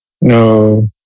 No